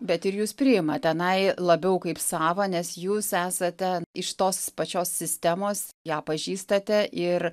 bet ir jus priima tenai labiau kaip savą nes jūs esate iš tos pačios sistemos ją pažįstate ir